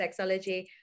Sexology